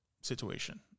situation